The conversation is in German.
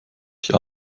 die